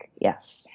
Yes